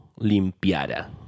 limpiara